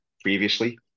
previously